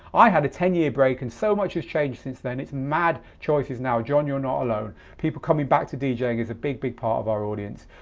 i had a ten year break and so much has changed since then. it's mad choices now. john, you're not alone. people coming back to djing is a big big part of our audience.